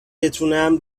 بتونم